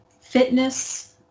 Fitness